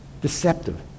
deceptive